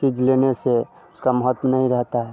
चीज़ लेने से उसका महत्व नहीं रहता है